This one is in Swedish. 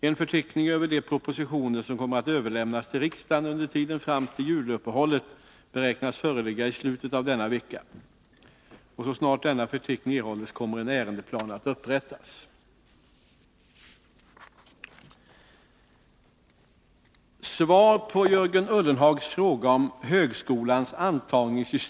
En förteckning över de propositioner som kommer att överlämnas till riksdagen under tiden fram till juluppehållet beräknas föreligga i slutet av denna vecka. Så snart denna förteckning erhållits kommer en ärendeplan att upprättas.